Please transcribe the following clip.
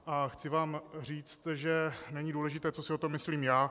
A chci vám říct, že není důležité, co si o tom myslím já.